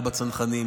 היה בצנחנים,